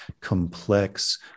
complex